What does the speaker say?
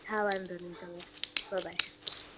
હા વાંધો નઇ ચાલો બ બાય